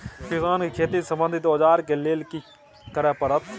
किसान के खेती से संबंधित औजार के लेल की करय परत?